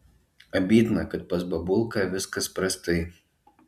abydna kad pas babulką viskas prastai